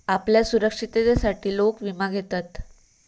आपल्या सुरक्षिततेसाठी लोक विमा घेतत